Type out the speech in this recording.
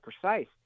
precise